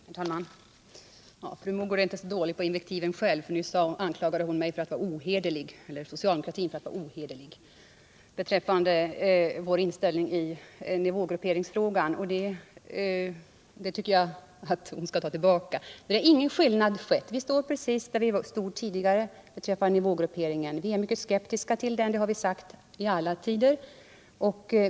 Herr talman! Fru Mogård är inte så dålig på invektiv själv. Nyss anklagade hon socialdemokratin för att vara ohederlig beträffande inställningen i nivågrupperingsfrågan. Det tycker jag att hon skall ta tillbaka. Vår inställning har inte förändrats — vi har samma åsikt som tidigare när det gäller nivågrupperingen. Vi är mycket skeptiska till den; det har vi varit i alla tider.